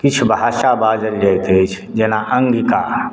किछु भाषा बाजल जाइत अछि जेना अङ्गिका